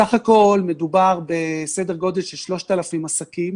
סך הכול מדובר בסדר-גודל של 3,000 עסקים